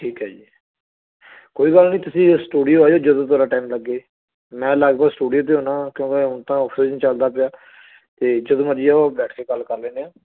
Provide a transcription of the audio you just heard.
ਠੀਕ ਹੈ ਜੀ ਕੋਈ ਗੱਲ ਨਹੀਂ ਤੁਸੀਂ ਇਹ ਸਟੂਡੀਓ ਆਜੋ ਜਦੋਂ ਤੁਹਾਡਾ ਟਾਈਮ ਲੱਗੇ ਮੈਂ ਲਗਭਗ ਸਟੂਡੀਓ 'ਤੇ ਹੁੰਦਾ ਕਿਉਂਕਿ ਹੁਣ ਤਾਂ ਓਫ ਸੀਜਨ ਚੱਲਦਾ ਪਿਆ ਅਤੇ ਜਦੋਂ ਮਰਜ਼ੀ ਆਓ ਬੈਠ ਕੇ ਗੱਲ ਕਰ ਲੈਂਦੇ ਹਾਂ